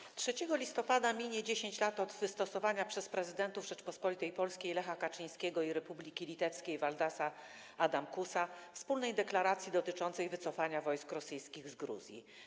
W dniu 3 listopada minie 10 lat od dnia wystosowania przez prezydenta Rzeczypospolitej Polskiej Lecha Kaczyńskiego i prezydenta Republiki Litewskiej Valdasa Adamkusa wspólnej deklaracji dotyczącej wycofania wojsk rosyjskich z Gruzji.